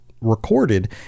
recorded